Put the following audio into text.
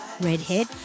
redhead